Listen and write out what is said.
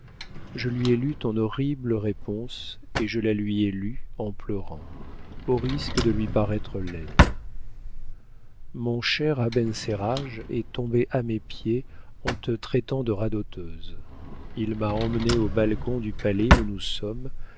je lui ai lu ton horrible réponse et je la lui ai lue en pleurant au risque de lui paraître laide mon cher abencerrage est tombé à mes pieds en te traitant de radoteuse il m'a emmenée au balcon du palais où nous sommes